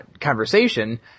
conversation